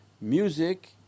Music